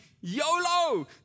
YOLO